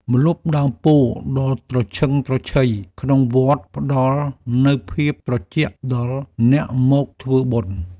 ម្លប់ដើមពោធិ៍ដ៏ត្រឈឹងត្រឈៃក្នុងវត្ត ផ្តល់នូវភាពត្រជាក់ដល់អ្នកមកធ្វើបុណ្យ។